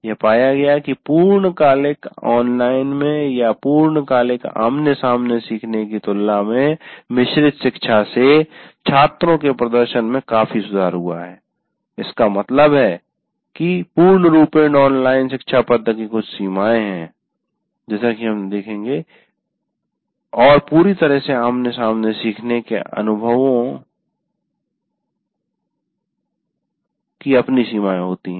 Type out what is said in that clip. यह पाया गया कि पूर्णकालिक ऑनलाइन में या पूर्णकालिक आमने सामने सीखने की तुलना में मिश्रित शिक्षा से छात्रों के प्रदर्शन में काफी सुधार हुआ है इसका मतलब है कि पूर्णरूपेण ऑनलाइन शिक्षा पद्धति की कुछ सीमाएँ हैं जैसा कि हम देखेंगे और पूरी तरह से आमने सामने सीखने के अनुभवों की अपनी सीमाएँ होती हैं